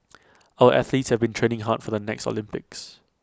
our athletes have been training hard for the next Olympics